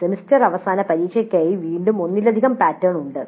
semester അവസാന പരീക്ഷയ്ക്കായി വീണ്ടും ഒന്നിലധികം പാറ്റേണുകൾ ഉണ്ട്